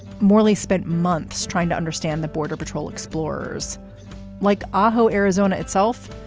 morley spent months trying to understand the border patrol explorers like ofwho arizona itself.